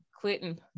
clinton